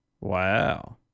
Wow